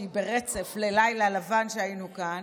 שהיא ברצף ללילה לבן שהיינו כאן,